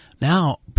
Now